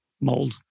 mold